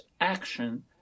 action